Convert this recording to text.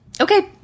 Okay